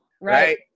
Right